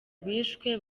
bishwe